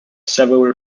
several